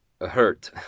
hurt